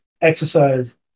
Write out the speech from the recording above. exercise